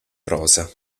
prosa